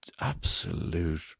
absolute